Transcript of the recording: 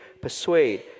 persuade